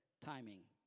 timing